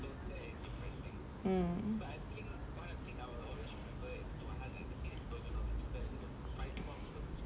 hmm